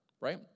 right